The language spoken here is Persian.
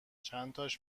چنتاش